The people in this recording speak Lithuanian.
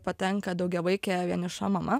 patenka daugiavaikė vieniša mama